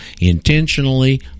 intentionally